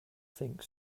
think